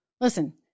Listen